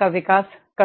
का विकास कर सकें